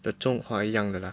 the 中华一样的 lah